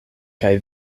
kaj